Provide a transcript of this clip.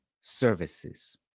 services